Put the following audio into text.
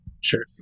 sure